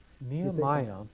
Nehemiah